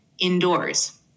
indoors